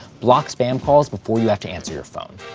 block spam calls before you have to answer your phone.